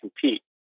compete